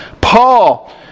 Paul